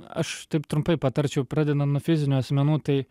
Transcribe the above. aš taip trumpai patarčiau pradedant nuo fizinių asmenų tai